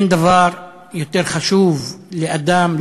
אין דבר יותר חשוב לאדם,